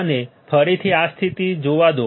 અમને ફરીથી આ સ્થિતિ જોવા દો